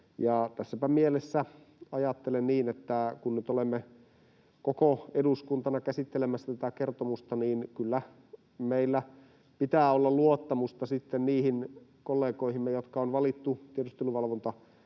tässäpä mielessä ajattelen niin, että kun nyt olemme koko eduskuntana käsittelemässä tätä kertomusta, niin kyllä meillä pitää olla luottamusta sitten niihin kollegoihimme, jotka on valittu tiedusteluvalvontavaliokuntaan